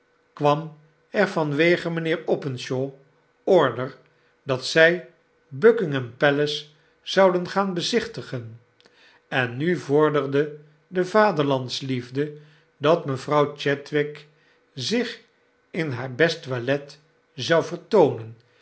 kwam er vanwege mijnheer openshaw order dat zy buckingham palace zouden gaan bezichtigen en nu vorderde de vaderlandsliefde dat mevrouw chadwick zich in haar beste toilet zou vertoonen